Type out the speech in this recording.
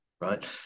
right